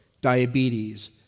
diabetes